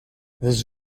this